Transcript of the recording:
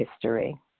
history